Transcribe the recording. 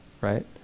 right